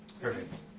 Perfect